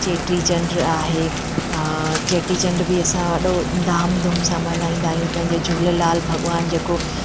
चेटी चंडु आहे चेटी चंडु बि असां वॾो धाम धूम सां मल्हाईंदा आहियूं पंहिंजो झूलेलाल भॻवानु जेको